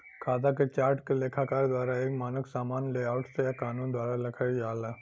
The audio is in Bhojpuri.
खाता के चार्ट के लेखाकार द्वारा एक मानक सामान्य लेआउट से या कानून द्वारा रखल जाला